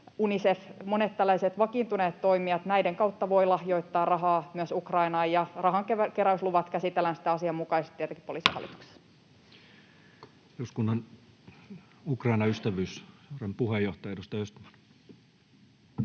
Unicef — monen tällaisen vakiintuneen toimijan kautta voi lahjoittaa rahaa myös Ukrainaan. Rahankeräysluvat käsitellään sitten asianmukaisesti tietenkin Poliisihallituksessa. Eduskunnan Ukraina-ystävyysryhmän puheenjohtaja, edustaja Östman.